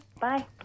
Bye